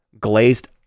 glazed